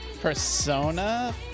persona